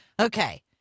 Okay